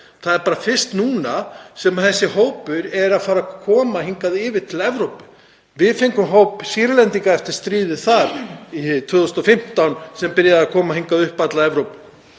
Það er bara fyrst núna sem þessi hópur er að koma hingað til Evrópu. Við fengum hóp Sýrlendinga eftir stríðið þar 2015 sem byrjaði að koma hingað upp alla Evrópu.